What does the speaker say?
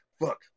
fuck